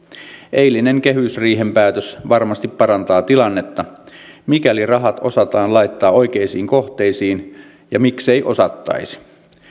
eilinen kehysriihen päätös varmasti parantaa tilannetta mikäli rahat osataan laittaa oikeisiin kohteisiin ja miksei osattaisi